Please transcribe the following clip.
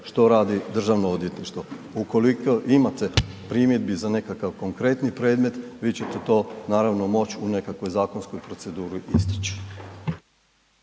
što radi DORH. Ukoliko imate primjedbi za nekakvi konkretni predmet, vi ćete to naravno, moći u nekakvoj zakonskoj proceduri istaći.